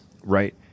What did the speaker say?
Right